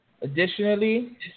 Additionally